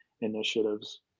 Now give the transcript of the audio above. initiatives